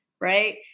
Right